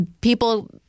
people